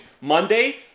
Monday